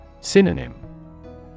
Synonym